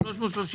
הצבעה אושר.